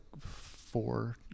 four